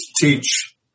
teach